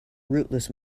rootless